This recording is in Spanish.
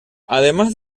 además